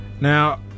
Now